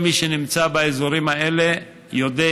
כל מי שנמצא באזורים האלה יודע: